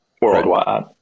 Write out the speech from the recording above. worldwide